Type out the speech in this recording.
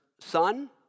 son